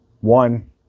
One